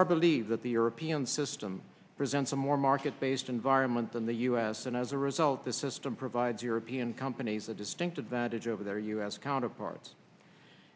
our belief that the european system presents a more market based environment than the us and as a result the system provides european companies a distinct advantage over their u s counterparts